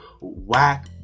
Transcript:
Whack